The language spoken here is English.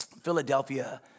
Philadelphia